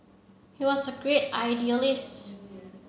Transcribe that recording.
he was a great idealist